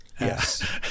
Yes